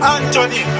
Anthony